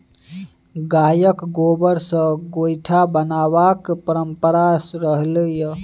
गायक गोबर सँ गोयठा बनेबाक परंपरा रहलै यै